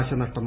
നാശനഷ്ടം